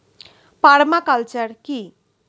Parma culture কি?